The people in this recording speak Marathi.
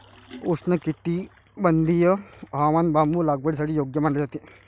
उष्णकटिबंधीय हवामान बांबू लागवडीसाठी योग्य मानले जाते